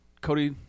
Cody